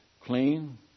clean